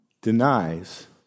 denies